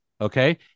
okay